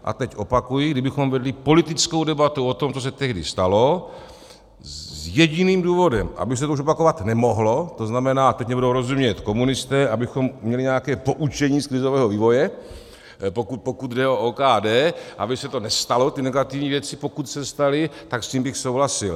A teď opakuji, kdybychom vedli politickou debatu o tom, co se tehdy stalo, s jediným důvodem, aby se to už opakovat nemohlo, to znamená, teď mně budou rozumět komunisté, abychom měli nějaké poučení z krizového vývoje, pokud jde o OKD, aby se to nestalo, ty negativní věci, pokud se staly, tak s tím bych souhlasil.